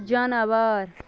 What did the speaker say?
جاناوار